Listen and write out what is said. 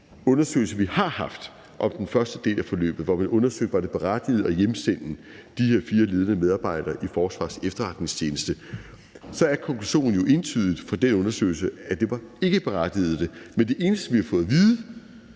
undersøgelse, vi har haft, om den første del af forløbet, hvor vi undersøgte, om det var berettiget at hjemsende de her fire ledende medarbejdere i Forsvarets Efterretningstjeneste, så var konklusionen af den undersøgelse jo entydigt, at det ikke var berettiget, men det eneste, vi har fået at vide